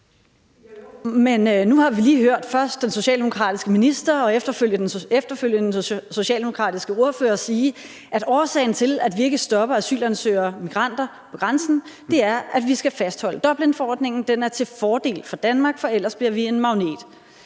nu har vi lige hørt først den socialdemokratiske minister og efterfølgende den socialdemokratiske ordfører sige, at årsagen til, at vi ikke stopper asylansøgere, migranter, på grænsen, er, at vi skal fastholde Dublinforordningen, at den er til fordel for Danmark, for ellers bliver vi en magnet.